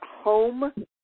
home